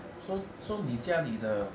so so 你家里的